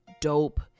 dope